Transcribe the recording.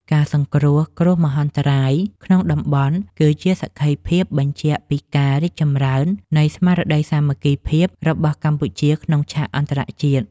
ការសង្គ្រោះគ្រោះមហន្តរាយក្នុងតំបន់ គឺជាសក្ខីភាពបញ្ជាក់ពីការរីកចម្រើននៃស្មារតីសាមគ្គីភាពរបស់កម្ពុជាក្នុងឆាកអន្តរជាតិ។